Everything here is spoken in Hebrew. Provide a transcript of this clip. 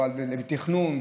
זה לתכנון,